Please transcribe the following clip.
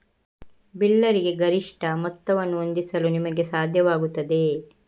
ಬಿಲ್ಲರಿಗೆ ಗರಿಷ್ಠ ಮೊತ್ತವನ್ನು ಹೊಂದಿಸಲು ನಿಮಗೆ ಸಾಧ್ಯವಾಗುತ್ತದೆ